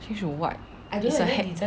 change to what it's a hack